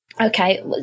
Okay